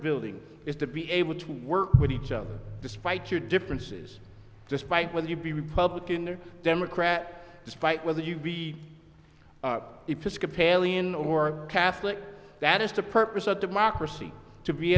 building is to be able to work with each other despite your differences despite whether you'd be republican or democrat despite whether you be episcopalian or catholic that is the purpose of democracy to be